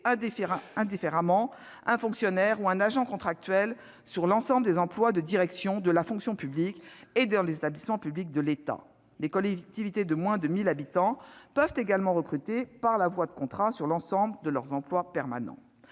indifféremment un fonctionnaire ou un agent contractuel sur l'ensemble des emplois de direction de la fonction publique et dans les établissements publics de l'État. Les collectivités de moins de 1 000 habitants peuvent également recruter par voie de contrat sur l'ensemble de leurs emplois permanents.